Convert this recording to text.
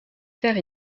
faire